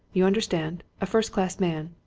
you understand a first-class man?